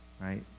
Right